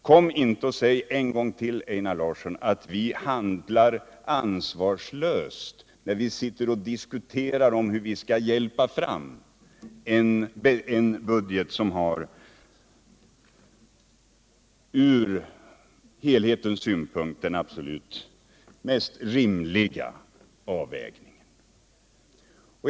Kom inte och säg en gång till, Einar Larsson, att vi handlar ansvarslöst när vi diskuterar hur vi skall hjälpa fram en budget som har den ur helhetens synpunkt absolut mest rimliga avvägningen.